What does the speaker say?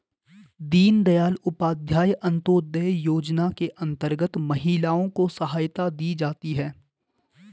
दीनदयाल उपाध्याय अंतोदय योजना के अंतर्गत महिलाओं को सहायता दी जाती है